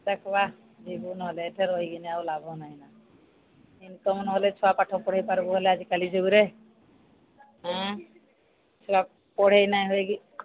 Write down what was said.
ଦେଖବା ଯିବୁ ନହେଲେ ଏଠେ ରହିକିନା ଆଉ ଲାଭ ନାହିଁ ନା ଇନକମ୍ ନହେଲେ ଛୁଆ ପାଠ ପଢ଼ାଇ ପାର୍ବୁ ହେଲେ ଆଜିକାଲି ଯୁଗରେ ଛୁଆ ପଢ଼େଇ ନାଇଁ ହେକି